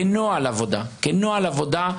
כנוהל עבודה,